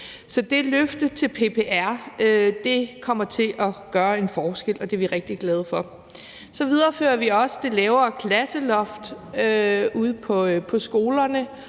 Så det løft af PPR kommer til at gøre en forskel, og det er vi rigtig glade for. Så viderefører vi også det lavere klasseloft ude på skolerne.